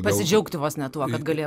pasidžiaugti vos ne tuo kad gali